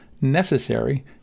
necessary